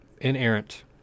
inerrant